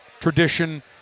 tradition